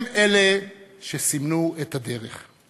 הם אלה שסימנו את הדרך.